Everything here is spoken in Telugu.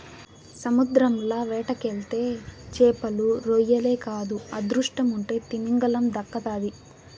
సముద్రంల వేటకెళ్తే చేపలు, రొయ్యలే కాదు అదృష్టముంటే తిమింగలం దక్కతాది